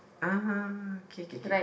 (uh huh) K K K